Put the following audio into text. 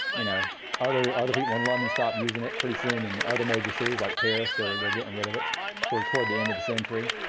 you know other other people in london stop using it pretty soon, and other major cities like paris, they're they're getting rid of it sort of toward the end of the century.